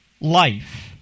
life